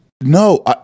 No